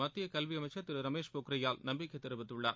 மத்திய கல்வி அமைச்சர் திரு ரமேஷ் பொக்ரியால் நம்பிக்கைத் தெரிவித்துள்ளார்